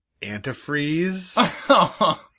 Antifreeze